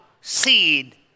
seed